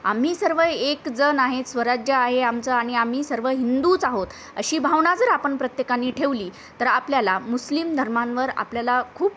आम्ही सर्व एक जण आहे स्वराज्य आहे आमचं आणि आम्ही सर्व हिंदूच आहोत अशी भावना जर आपण प्रत्येकाने ठेवली तर आपल्याला मुस्लिम धर्मांवर आपल्याला खूप